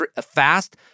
fast